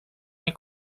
nie